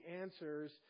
answers